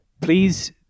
Please